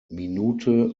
minute